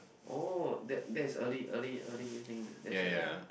oh that that is early early early evening that's why